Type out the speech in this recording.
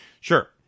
Sure